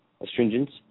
astringents